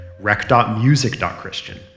rec.music.christian